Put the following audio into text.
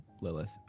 Lilith